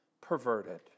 perverted